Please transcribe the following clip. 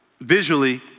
visually